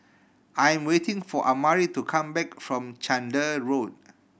I am waiting for Amari to come back from Chander Road